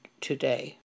today